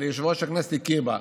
ויושב-ראש הכנסת הכיר בה.